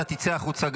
גם אתה תצא החוצה.